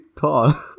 tall